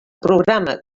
programa